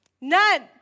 None